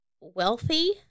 wealthy